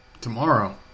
Tomorrow